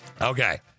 Okay